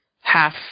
half